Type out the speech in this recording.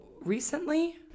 recently